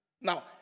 Now